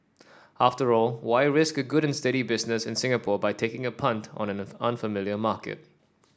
after all why risk a good and steady business in Singapore by taking a punt on an unfamiliar market